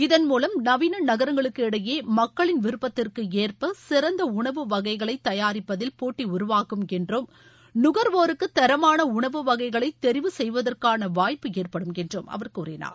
இதன் மூலம் நவீன நகரங்களுக்கிடையே மக்களின் விருப்பதிற்கு ஏற்ப சிறந்த உணவு வகைகளை தயாரிப்பதில் போட்டி உருவாகும் என்றும் நுகர்வோருக்கு தரமான உணவு வகைகளை தெரிவு செய்வதற்காள வாய்ப்பு ஏற்படும் என்றும் அவர் கூறினார்